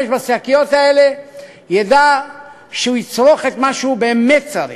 בשקיות האלה ידע שהוא יצרוך את מה שהוא באמת צריך.